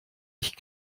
ich